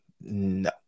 no